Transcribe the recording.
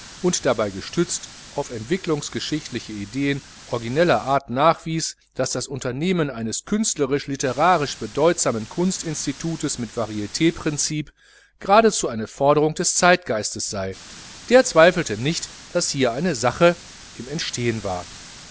und dabei gestützt auf entwickelungsgeschichtliche ideen origineller art nachwies daß das unternehmen eines künstlerisch literarisch bedeutsamen kunstinstitutes mit varit prinzip geradezu eine forderung des zeitgeistes sei der zweifelte nicht daß hier eine sache im entstehen war